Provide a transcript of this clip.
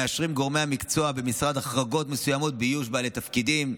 מאשרים גורמי המקצוע במשרד החרגות מסוימות באיוש בעלי תפקידים.